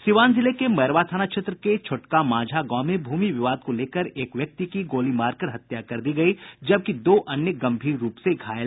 सीवान जिले के मैरवा थाना क्षेत्र के छोटका मांझा गांव में भूमि विवाद को लेकर एक व्यक्ति की गोली मार कर हत्या कर दी गयी जबकि दो अन्य गम्भीर रूप से घायल हैं